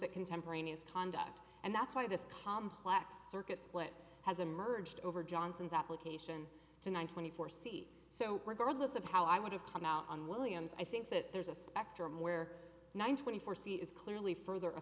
that contemporaneous conduct and that's why this complex circuit split has emerged over johnson's application to one twenty four c so regardless of how i would have come out on williams i think that there's a spectrum where nine twenty four c is clearly further a